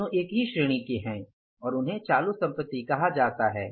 दोनों एक ही श्रेणी के हैं और उन्हें चालू संपत्ति कहा जाता है